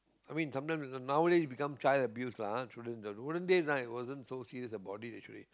I mean sometimes n~ nowadays become child abuse lah ah !huh! children in the olden days ah it wasn't so serious about it actually